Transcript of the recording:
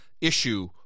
issue